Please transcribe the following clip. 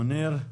מוניר?